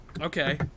Okay